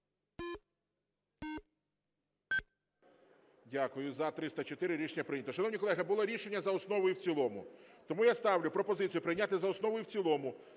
Дякую. Рішення прийнято. Шановні колеги, було рішення за основу і в цілому. Тому я ставлю пропозицію прийняти за основу і в цілому